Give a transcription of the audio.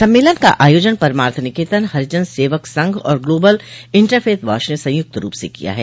सम्मेलन का आयोजन परमार्थ निकेतन हरिजन सेवक संघ और ग्लोबल इंटरफेथ वाश ने संयुक्त रूप से किया है